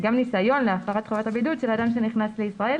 גם ניסיון להפרת חובת הבידוד של אדם שנכנס לישראל